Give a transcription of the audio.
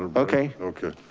okay. okay.